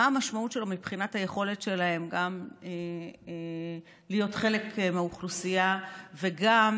מה המשמעות של זה מבחינת היכולת שלהם גם להיות חלק מאוכלוסייה וגם